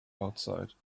outside